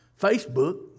Facebook